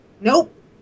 Nope